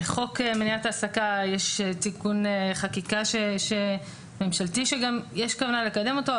בחוק מניעת העסקה יש תיקון חקיקה ממשלתי שיש כוונה לקדם אותו,